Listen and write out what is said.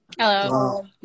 Hello